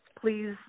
please